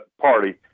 party